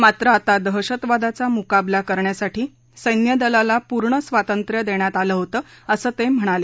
मात्र आता दहशतवादाचा मुकाबला करण्यासाठी सैन्य दलाला पूर्ण स्वातंत्र्य देण्यात आलं होतं असं ते म्हणाले